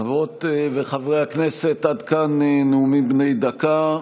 חברות וחברי הכנסת, עד כאן נאומים בני דקה.